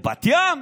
בבת ים